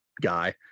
guy